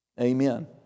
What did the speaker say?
Amen